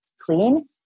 clean